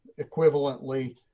equivalently